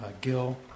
Gil